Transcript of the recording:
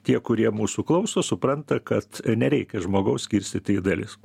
tie kurie mūsų klauso supranta kad nereikia žmogaus skirstyti į dalis